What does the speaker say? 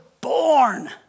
born